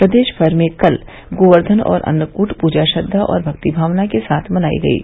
प्रदेश भर में कल गोवर्धन और अन्नकूट पूजा श्रद्वा और भक्ति भावना के साथ मनाई गयी